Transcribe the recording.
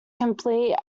complete